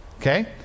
okay